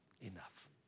Enough